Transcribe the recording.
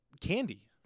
candy